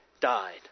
died